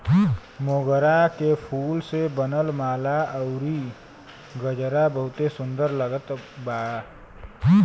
मोगरा के फूल से बनल माला अउरी गजरा बहुते सुन्दर लागत बा